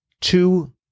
two